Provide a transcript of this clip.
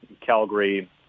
Calgary